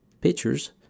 pictures